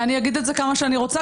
אני אגיד את זה כמה שאני רוצה,